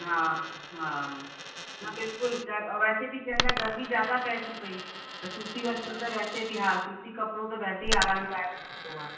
हा हा न बिल्कुलु त और वैसे बि चइनि था गर्मी ज़्यादा पर थी पयी त सूती वस्त्र त वैसे बि हा सूती कपिड़ो त वैसे ई आरामदायक हूंदो आहे